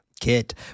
Kit